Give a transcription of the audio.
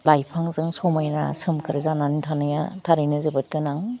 लाइफांजों समाइना सोमखोर जानानै थानाया थारैनो जोबोद गोनां